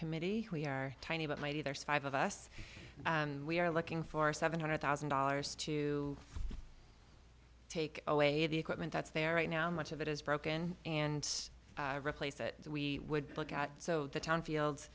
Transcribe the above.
committee who we are tiny but mighty there's five of us and we are looking for seven hundred thousand dollars to take away the equipment that's there right now much of it is broken and replace that we would look at so the town field